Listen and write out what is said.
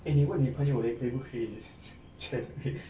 eh 你问你朋友 leh 可以不可以 generate